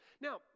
Now